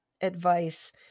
advice